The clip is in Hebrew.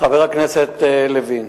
חבר הכנסת לוין,